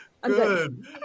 good